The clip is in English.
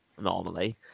normally